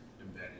embedded